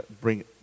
bring